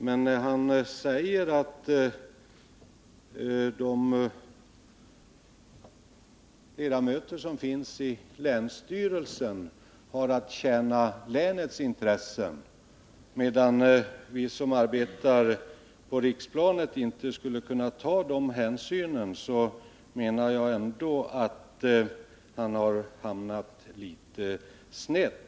Men när han säger att ledamöterna i länsstyrelsens styrelse har att tjäna länets intressen medan vi som arbetar på riksplanet inte skulle kunna ta de hänsynen menar jag att han har hamnat litet snett.